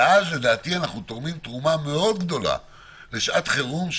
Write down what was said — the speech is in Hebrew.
ואז לדעתי אנחנו תורמים תרומה גדולה מאוד לשעת חירום,